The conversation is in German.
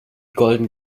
golden